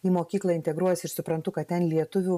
į mokyklą integruojasi ir suprantu kad ten lietuvių